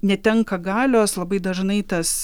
netenka galios labai dažnai tas